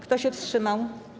Kto się wstrzymał?